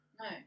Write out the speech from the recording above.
No